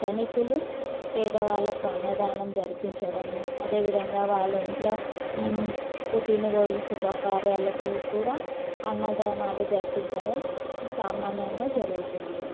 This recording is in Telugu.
ధనికులు పేదవాళ్ళకు అన్నదానం జరిపించడము అదేవిధంగా వాళ్ళ ఇంట్లో పుట్టినరోజు శుభకార్యాలకు కూడా అన్నదానాలు జరిపించడం సామాన్యంగా జరుగుతుంది